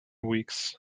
weeks